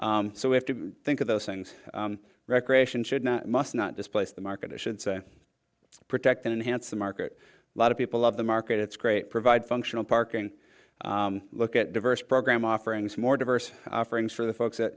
so we have to think of those things recreation should not must not displace the market i should say protect and enhance the market lot of people love the markets great provide functional parking look at diverse program offerings more diverse offerings for the folks